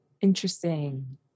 Interesting